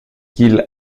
qu’il